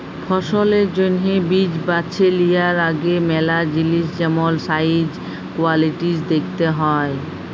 ফসলের জ্যনহে বীজ বাছে লিয়ার আগে ম্যালা জিলিস যেমল সাইজ, কোয়ালিটিজ দ্যাখতে হ্যয়